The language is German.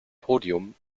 podium